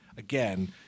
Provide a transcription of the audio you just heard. Again